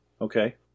Okay